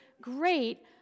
great